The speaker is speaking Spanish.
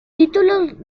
títulos